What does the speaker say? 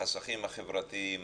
החסכים החברתיים,